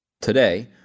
Today